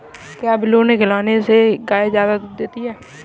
क्या बिनोले खिलाने से गाय दूध ज्यादा देती है?